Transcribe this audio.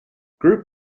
group